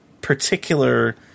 particular